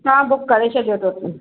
हा बुक करे छॾियो थो तव्हां